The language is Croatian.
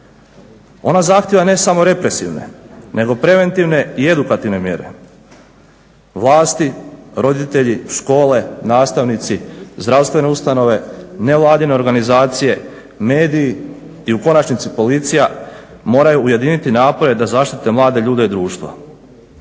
Ona zahtijeva ne samo represivne nego preventivne i edukativne mjere vlasti, roditelji, škole, nastavnici, zdravstvene ustanove, nevladine organizacije, mediji i u konačnici Policija moraju ujediniti napore da zaštite mlade ljude i društvo.